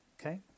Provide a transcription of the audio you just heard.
Okay